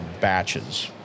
batches